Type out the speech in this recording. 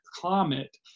climate